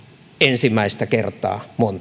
ensimmäistä kertaa monta kertaa minun mielestäni jos